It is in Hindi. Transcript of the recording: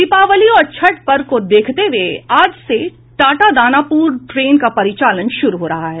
दीपावली और छठ पर्व को देखते हुए आज से टाटा दानापुर ट्रेन का परिचालन शुरू हो रहा है